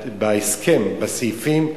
בהסכם, בסעיפים,